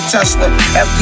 Tesla